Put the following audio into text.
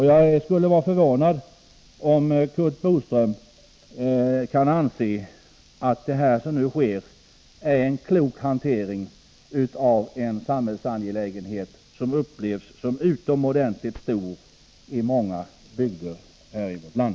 Jag skulle vara förvånad om Curt Boström kan anse att det som nu sker är en klok hantering av en samhällsangelägenhet som upplevs som utomordentligt viktig i många bygder i vårt land.